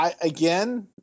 again